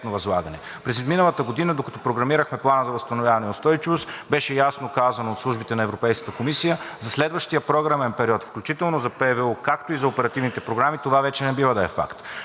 През изминалата година, докато програмирахме Плана за възстановяване и устойчивост, беше ясно казано от службите на Европейската комисия – за следващия програмен период, включително за Плана за възстановяване и устойчивост, както и за оперативните програми, това вече не бива да е факт.